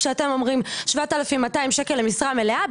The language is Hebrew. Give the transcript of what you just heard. כשאתם אומרים 7,200 שקל למשרה מלאה,